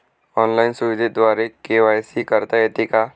Online सुविधेद्वारे KYC करता येते का?